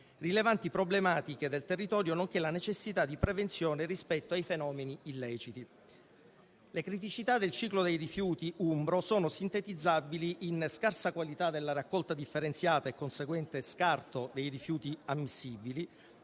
rilevanti problematiche del territorio, nonché sulla necessità di prevenzione rispetto ai fenomeni illeciti. Le criticità del ciclo dei rifiuti umbro sono sintetizzabili in scarsa qualità della raccolta differenziata e conseguente scarto dei rifiuti ammissibili,